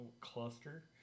cluster